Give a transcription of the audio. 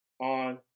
On